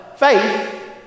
Faith